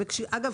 אגב,